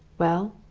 well,